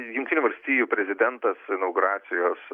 jungtinių valstijų prezidentas inauguracijos